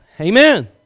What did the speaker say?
Amen